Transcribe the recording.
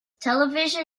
television